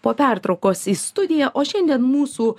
po pertraukos į studiją o šiandien mūsų